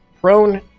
prone